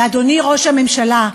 ואדוני ראש הממשלה,